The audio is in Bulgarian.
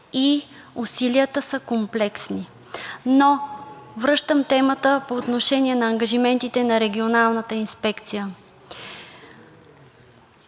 и усилията са комплексни. Връщам темата по отношение на ангажиментите на Регионалната инспекция.